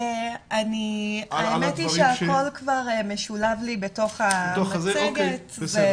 האמת שהכול כבר משולב לי בתוך המצגת.